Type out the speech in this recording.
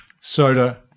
soda